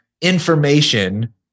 information